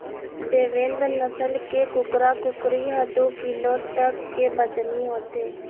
देवेन्द नसल के कुकरा कुकरी ह दू किलो तक के बजनी होथे